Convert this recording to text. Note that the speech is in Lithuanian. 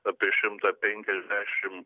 apie šimtą penkiasdešimt